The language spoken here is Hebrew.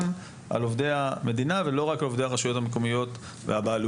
על עובדי המדינה ולא רק על עובדי הרשויות המקומיות והבעלויות.